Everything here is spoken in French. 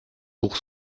pour